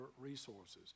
resources